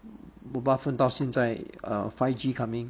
mobile phone 到现在 err five G coming